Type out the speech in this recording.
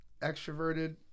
extroverted